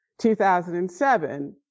2007